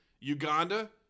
Uganda